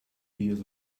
hears